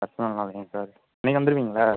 personal வேலையாங்க sir இன்னைக்கு வந்துருவீங்களே